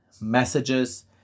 Messages